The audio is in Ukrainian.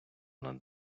над